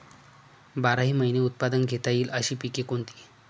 बाराही महिने उत्पादन घेता येईल अशी पिके कोणती?